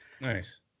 Nice